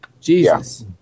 Jesus